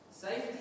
Safety